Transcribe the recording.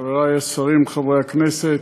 חברי השרים, חברי הכנסת,